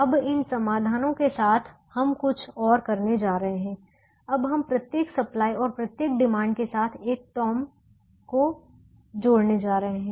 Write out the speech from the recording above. अब इन समाधानों के साथ हम कुछ और करने जा रहे हैं अब हम प्रत्येक सप्लाई और प्रत्येक डिमांड के साथ एक टॉम को जोड़ने जा रहे हैं